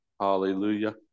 Hallelujah